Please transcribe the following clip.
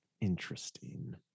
Interesting